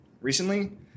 recently